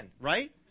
right